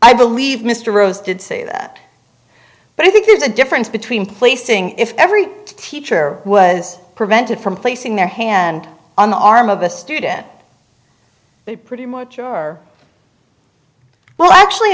i believe mr rose did say that but i think there's a difference between placing if every teacher was prevented from placing their hand on the arm of a student they pretty much are well actually